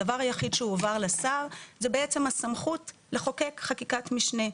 הדבר היחיד שהועבר לשר זה בעצם הסמכות לחוקק חקיקת משנה.